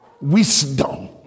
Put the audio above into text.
wisdom